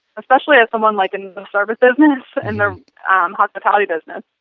especially if someone like in the service business and um um hospitality business,